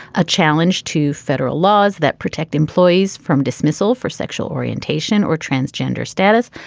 a challenge to federal laws that protect employees from dismissal for sexual orientation or transgender status.